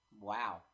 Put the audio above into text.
Wow